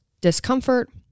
discomfort